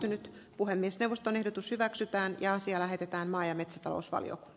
nyt puhemiesneuvoston ehdotus hyväksytään ja asia lähetetään maa ja metsätalousvalio